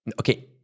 Okay